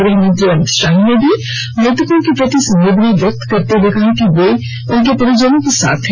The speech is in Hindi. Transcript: गृहमंत्री अमित शाह ने भी मृतकों के प्रति संवेदना व्यक्त करते हुए कहा कि वे उनके परिजनों के साथ हैं